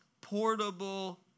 portable